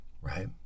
right